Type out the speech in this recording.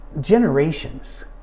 generations